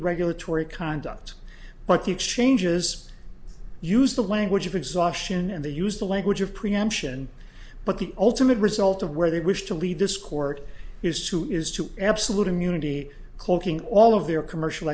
regulatory conduct but the exchanges use the language of exhaustion and they use the language of preemption but the ultimate result of where they wish to leave this court is to is to absolute immunity cloaking all of their commercial